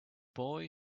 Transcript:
boy